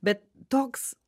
bet toks